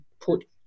put